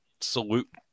salute